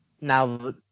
now